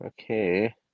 Okay